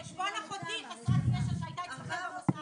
זה על חשבון אחותי יעל חסרת הישע שהייתה אצלך במוסד.